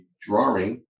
drawing